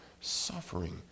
suffering